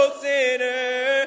sinner